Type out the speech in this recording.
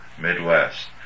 Midwest